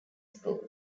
school